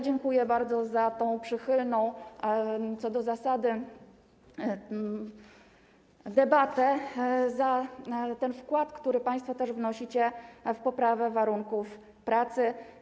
Dziękuję bardzo za tę przychylną co do zasady debatę, za ten wkład, który państwo wnosicie w poprawę warunków pracy.